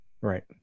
Right